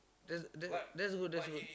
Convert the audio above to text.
that that's that's good that's good